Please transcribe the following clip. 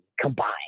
combine